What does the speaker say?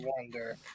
wonder